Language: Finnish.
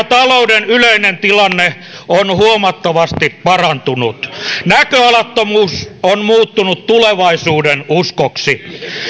talouden yleinen tilanne on huomattavasti parantunut näköalattomuus on muuttunut tulevaisuudenuskoksi